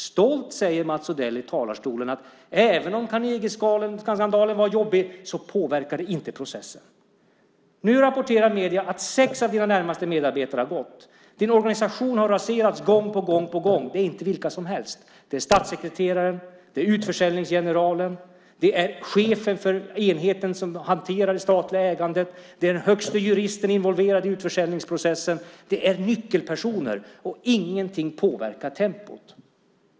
Stolt säger Mats Odell i talarstolen att även om Carnegieskandalen var jobbig påverkar den inte processen. Nu rapporterar medierna att sex av dina närmaste medarbetare har gått. Din organisation har raserats gång på gång. Det är inte vilka som helst; det är statssekreteraren, utförsäljningsgeneralen, chefen för enheten som hanterar det statliga ägandet, den högste juristen involverad i utförsäljningsprocessen. Det är nyckelpersoner. Och ingenting påverkar tempot.